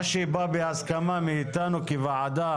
מה שבא בהסכמה מאיתנו כוועדה,